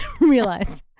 realized